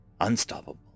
unstoppable